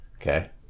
Okay